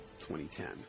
2010